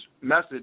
message